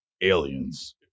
aliens